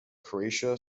croatia